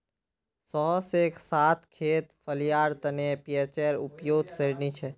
छह से सात खेत फलियार तने पीएचेर उपयुक्त श्रेणी छे